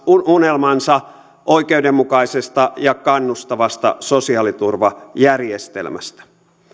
unelmansa oikeudenmukaisesta ja kannustavasta sosiaaliturvajärjestelmästä